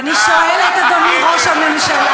ואני שואלת, אדוני ראש הממשלה,